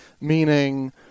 meaning